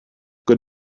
good